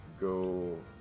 go